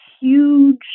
huge